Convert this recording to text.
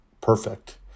perfect